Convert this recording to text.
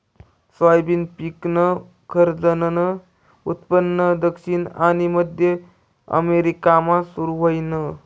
soybean पिकनं खरंजनं उत्पन्न दक्षिण आनी मध्य अमेरिकामा सुरू व्हयनं